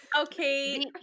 Okay